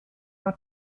not